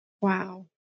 Wow